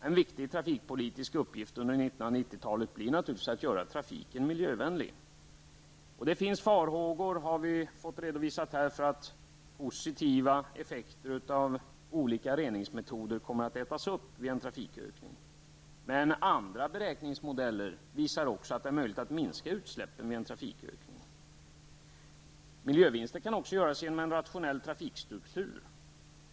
En viktig trafikpolitisk uppgift under 1990-talet blir naturligtvis att göra trafiken miljövänlig. Det finns farhågor, som har redovisats här, för att positiva effekter av olika reningsmetoder kommer att ätas upp vid en trafikökning. Men andra beräkningsmodeller visar att det är också är möjligt att minska utsläppen vid en trafikökning. Miljövinster kan också göras genom en rationell trafikstruktur.